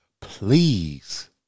Please